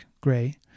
gray